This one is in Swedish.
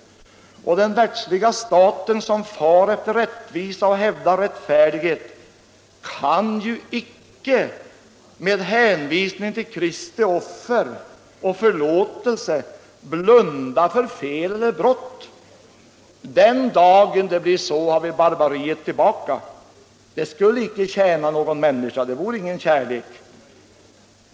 Den världsliga staten som far efter rättvisa och hävdar rättfärdighet kan ju inte med hänvisning till Kristi offer och förlåtelse blunda för fel eller brott. Den dagen det blir så har vi barbariet tillbaka. Det skulle inte tjäna någon människa, det vore ingen kärlek.